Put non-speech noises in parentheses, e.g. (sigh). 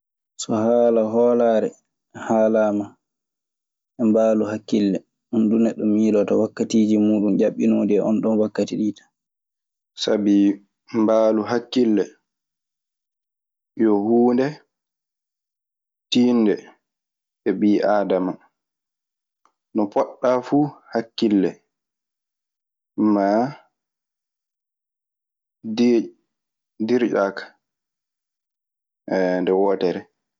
So haala hoolaare haalaama e mbaalo hakkille, ɗun duu neɗɗo miiloto wakatiiji muuɗun ƴaɓɓino e onɗon wakkati tan. Sabi mbaalu hakkille yo huunde tiiɗnde e ɓii aadama. No potɗaa fuu, hakkille maa dirƴaa kaa (hesitation) nde wootere.